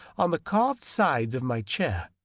on the carv sides of my chair